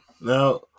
now